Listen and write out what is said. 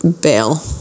bail